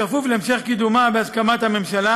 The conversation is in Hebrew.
כפוף להמשך קידומה בהסכמת הממשלה